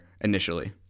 initially